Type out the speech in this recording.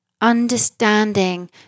understanding